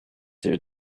there